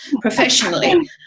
professionally